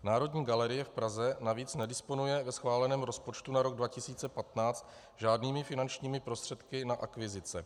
Národní galerie v Praze navíc nedisponuje ve schváleném rozpočtu na rok 2015 žádnými finančními prostředky na akvizice.